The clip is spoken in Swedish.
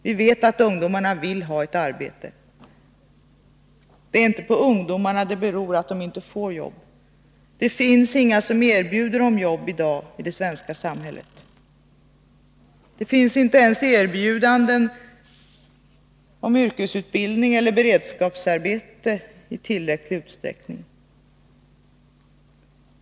Vi vet att ungdomarna vill ha ett arbete. Det är inte på ungdomarna det beror att de inte får jobb. Det finns inga som erbjuder dem jobb i dag i det svenska samhället. Det finns inte ens erbjudanden om yrkesutbildning eller beredskapsarbeten i tillräcklig utsträckning.